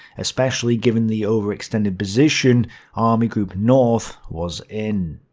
especially given the over-extended position army group north was in.